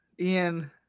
Ian